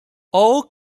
all